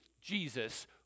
Jesus